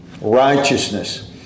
righteousness